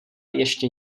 ještě